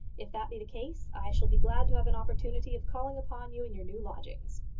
if that be the case, i shall be glad to have an opportunity of calling upon you in your new lodgings.